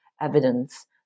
evidence